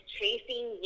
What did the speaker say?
Chasing